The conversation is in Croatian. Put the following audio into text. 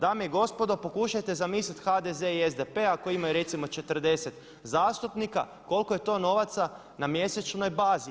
Dame i gospodo pokušajte zamisliti HDZ i SDP ako imaju recimo 40 zastupnika koliko je to novaca na mjesečnoj bazi.